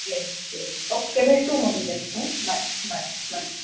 yes yes okay भेटू मग उद्या बाय बाय बाय